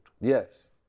Yes